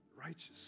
righteous